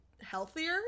healthier